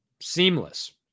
seamless